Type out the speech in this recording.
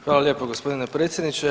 Hvala lijepo gospodine predsjedniče.